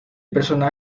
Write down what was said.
personaje